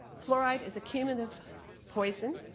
fluoride is a cumulative poison.